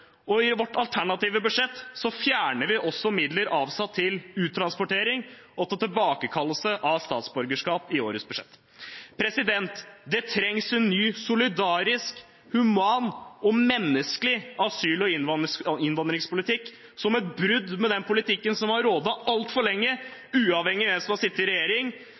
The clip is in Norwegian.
I vårt alternative budsjett fjerner vi også midler avsatt til uttransportering og tilbakekallelse av statsborgerskap i årets budsjett. Det trengs en ny solidarisk, human og menneskelig asyl- og innvandringspolitikk – som et brudd med den politikken som har rådet altfor lenge, uavhengig av hvem som har sittet i regjering.